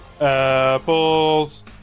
Apples